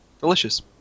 Delicious